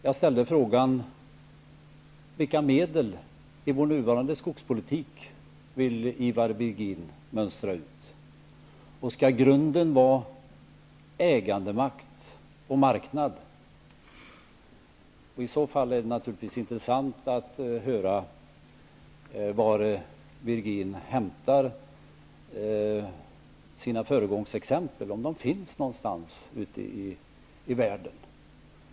Jag frågade vilka medel i vår nuvarande skogspolitik Ivar Virgin vill mönstra ut och om grunden skall vara ägandemakt och marknad. I så fall skulle det naturligtvis vara intressant att höra var Virgin hämtar sina föregångsexempel, om de finns någonstans ute i världen.